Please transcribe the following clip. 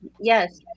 yes